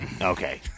Okay